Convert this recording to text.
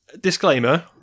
disclaimer